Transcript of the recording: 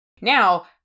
Now